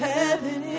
heaven